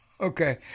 Okay